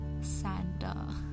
Santa